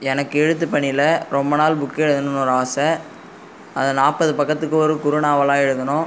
எனக்கு எழுத்து பணியில் ரொம்ப நாள் புக் எழுதணும்னு ஒரு ஆசை அதை நாற்பது பக்கத்துக்கு ஒரு குறுநாவலாக எழுதணும்